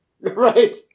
Right